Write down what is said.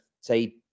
say